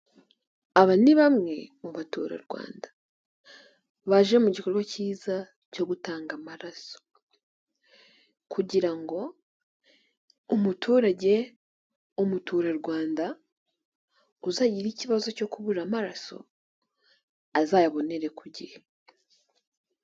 Aba ni bamwe mu baturarwanda, baje mu gikorwa kiza cyo gutanga amaraso, kugira ngo umuturage, umuturarwanda, uzagira ikibazo cyo kubura amaraso azayabonere ku gihe.